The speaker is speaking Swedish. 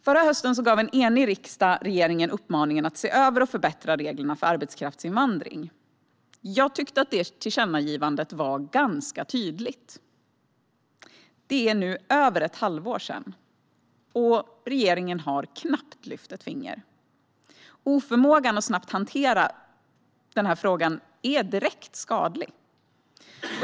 Förra hösten gav en enig riksdag regeringen uppmaningen att se över och förbättra reglerna för arbetskraftsinvandring. Jag tyckte att detta tillkännagivande var ganska tydligt. Det är nu över ett halvår sedan, och regeringen har knappt lyft ett finger. Oförmågan att snabbt hantera denna fråga är direkt skadlig.